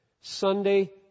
Sunday